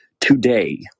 today